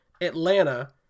atlanta